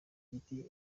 igiti